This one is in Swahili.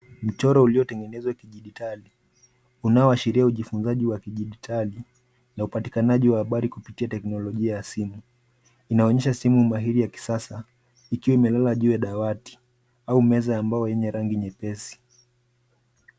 Mchoro uliotengenezwa kidijitali unaoashiria ujifunzaji wakidijitali na upatikanaji wa habari kupitia teknolojia ya simu. Inaonyesha simu mahiri ya kisasa ikiwa imelala juu ya dawati au meza ambayo yenye rangi nyepesi.